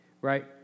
Right